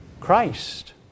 Christ